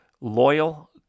loyal